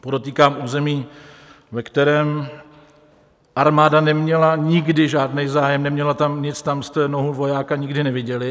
Podotýkám území, ve kterém armáda neměla nikdy žádný zájem, neměla tam nic, tam jste nohu vojáka nikdy neviděli.